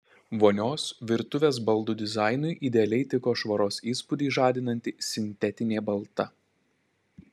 vonios virtuvės baldų dizainui idealiai tiko švaros įspūdį žadinanti sintetinė balta